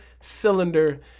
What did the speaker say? cylinder